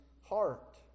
heart